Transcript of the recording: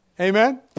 Amen